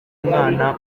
mwana